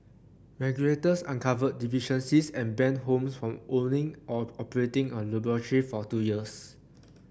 regulators uncovered deficiencies and banned Holmes from owning or operating a laboratory for two years